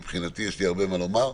מבחינתי יש לי הרבה מה לומר,